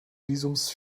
visums